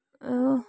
ओ